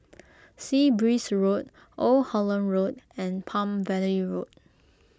Sea Breeze Road Old Holland Road and Palm Valley Road